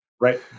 right